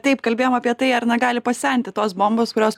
taip kalbėjom apie tai ar na gali pasenti tos bombos kurios